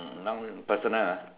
um now personal ah